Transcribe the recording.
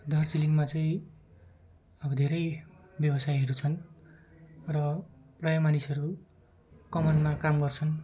दार्जिलिङमा चाहिँ अब धेरै व्यवसायहरू छन् र प्रायः मानिसहरू कमानमा काम गर्छन्